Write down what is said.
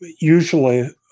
usually